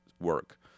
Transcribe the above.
work